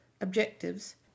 Objectives